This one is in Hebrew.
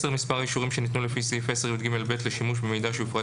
מספר האישורים שניתנו לפי סעיף 10יג(ב) לשימוש במידע שהופרד